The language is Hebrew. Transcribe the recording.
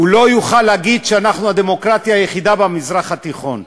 הוא לא יוכל להגיד שאנחנו הדמוקרטיה היחידה במזרח התיכון.